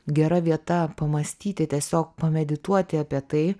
gera vieta pamąstyti tiesiog pamedituoti apie tai